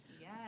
Yes